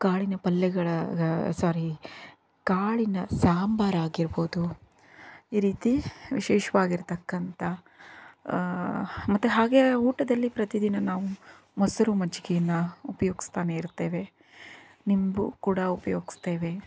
ಕಾಳಿನ ಪಲ್ಯಗಳ ಸಾರಿ ಕಾಳಿನ ಸಾಂಬಾರು ಆಗಿರ್ಬೋದು ಈ ರೀತಿ ವಿಶೇಷವಾಗಿರತಕ್ಕಂಥ ಮತ್ತು ಹಾಗೆ ಊಟದಲ್ಲಿ ಪ್ರತಿದಿನ ನಾವು ಮೊಸರು ಮಜ್ಜಿಗೆನ ಉಪಯೋಗ್ಸ್ತಾನೆ ಇರ್ತೇವೆ ನಿಂಬು ಕೂಡ ಉಪಯೋಗ್ಸ್ತೇವೆ